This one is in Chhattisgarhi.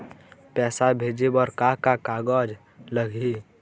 पैसा भेजे बर का का कागज लगही?